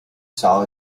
saw